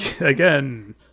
again